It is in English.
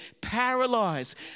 paralyzed